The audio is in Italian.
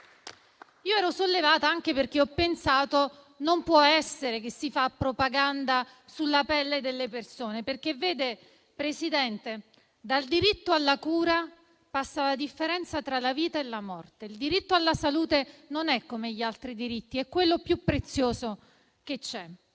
Ero sollevata anche perché ho pensato che non poteva essere che si facesse propaganda sulla pelle delle persone, perché dal diritto alla cura passa la differenza tra la vita e la morte. Il diritto alla salute non è come gli altri diritti, è quello più prezioso che c'è.